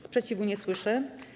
Sprzeciwu nie słyszę.